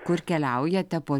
kur keliaujate po